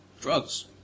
Drugs